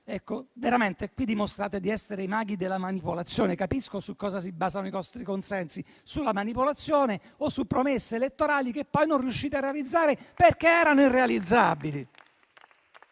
Veramente qui dimostrate di essere i maghi della manipolazione, capisco su cosa si basano i vostri consensi: sulla manipolazione o su promesse elettorali che poi non riuscite a realizzare perché erano irrealizzabili.